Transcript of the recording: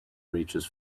reaches